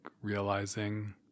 realizing